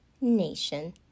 nation